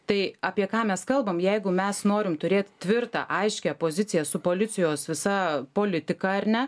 tai apie ką mes kalbam jeigu mes norim turėt tvirtą aiškią poziciją su policijos visa politika ar ne